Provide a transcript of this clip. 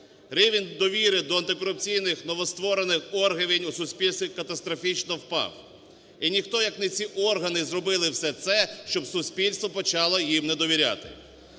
Рівень довіри до антикорупційних новостворених органів у суспільстві катастрофічно впав. І ніхто як не ці органи зробили все це, щоб суспільство почало їм не довіряти.